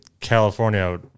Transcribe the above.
California